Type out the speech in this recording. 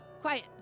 Quiet